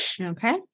Okay